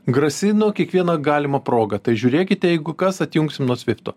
grasino kiekviena galima proga tai žiūrėkite jeigu kas atjungsim nuo svifto